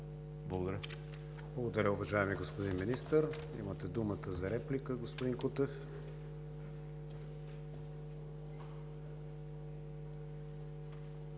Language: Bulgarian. ВИГЕНИН: Благодаря, уважаеми господин Министър. Имате думата за реплика, господин Янков.